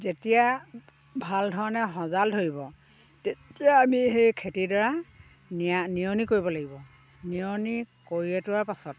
যেতিয়া ভাল ধৰণে সজাল ধৰিব তেতিয়া আমি সেই খেতিডৰা নিয়া নিয়নি কৰিব লাগিব নিয়নি কৰি এটোৱাৰ পাছত